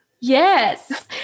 Yes